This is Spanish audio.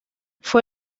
fue